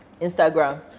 Instagram